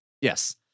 Yes